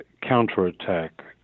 counterattack